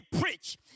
preach